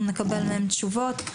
אנחנו נקבל מהם תשובות.